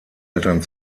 eltern